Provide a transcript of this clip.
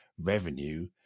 revenue